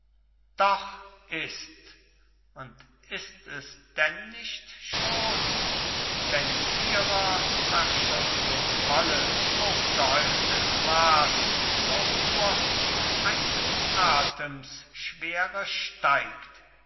doch ist und ist es denn nicht schon wenn ihrer verschuldung volles aufgehäuftes maß auch nur um eines atems schwere steigt